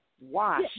wash